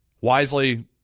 wisely